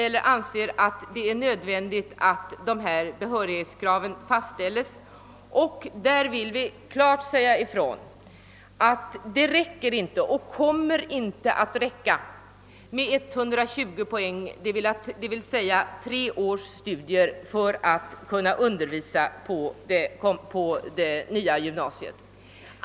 Vi anser det vara nödvändigt med sådana behörighetsvillkor, och vi vill klart säga ifrån att det inte räcker med 120 poäng, d.v.s. tre års studier, för att undervisa i nya gymnasiet.